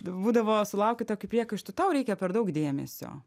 būdavo sulaukiu tokių priekaištų tau reikia per daug dėmesio